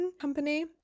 company